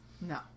no